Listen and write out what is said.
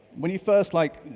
when you first like,